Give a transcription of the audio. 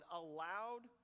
allowed